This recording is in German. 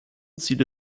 ziele